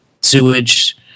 sewage